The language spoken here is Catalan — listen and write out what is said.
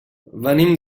venim